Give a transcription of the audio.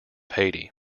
haiti